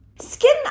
Skin